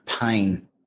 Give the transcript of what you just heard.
pain